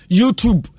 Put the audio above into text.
youtube